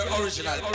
Original